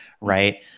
right